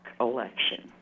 election